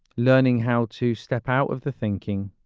learning how to step out of the thinking,